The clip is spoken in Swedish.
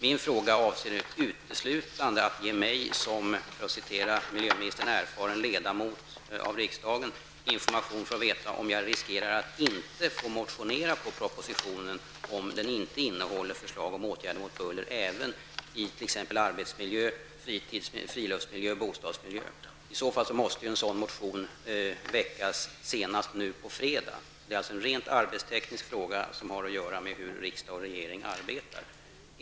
Min fråga avser uteslutande att ge mig ''som erfaren ledamot av riksdagen''-information för att veta om jag riskerar att inte få väcka motioner till propositionen om den inte innehåller förslag om åtgärder mot buller även i t.ex. arbetsmiljö, friluftsmiljö och bostadsmiljö. I så fall måste en sådan motion väckas senast nu på fredag. Det är en rent arbetsteknisk fråga, som har att göra med hur riksdagen och regeringen arbetar.